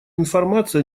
информация